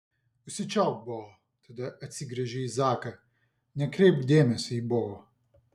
užsičiaupk bo tada atsigręžė į zaką nekreipk dėmesio į bo